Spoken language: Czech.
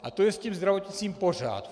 A to je se zdravotnictvím pořád.